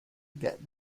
get